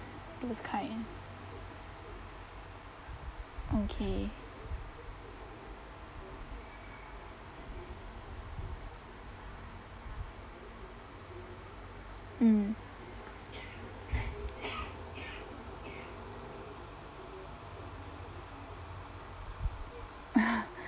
those kind okay mm